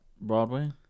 Broadway